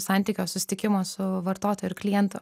santykio susitikimo su vartotoju ir klientu